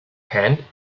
hand